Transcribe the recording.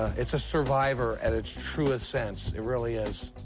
it's a survivor at its truest sense. it really is.